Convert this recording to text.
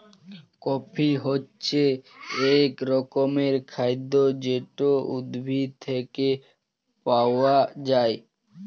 coffee হছে ইক রকমের খাইদ্য যেট উদ্ভিদ থ্যাইকে পাউয়া যায়